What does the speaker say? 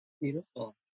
Beautiful